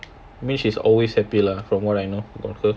I mean she's always happy lah from what I know of her